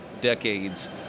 decades